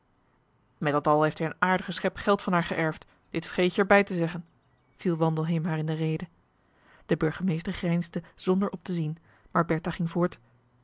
met dat al heeft hij een aardigen schep geld van marcellus emants een drietal novellen haar geërfd dit vergeet je er bij te zeggen viel wandelheem haar in de rede de burgemeester grijnsde zonder op te zien maar bertha ging voort